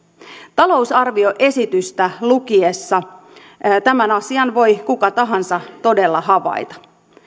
talousarvioesitystä lukiessa tämän asian voi kuka tahansa todella havaita